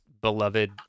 beloved